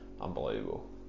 unbelievable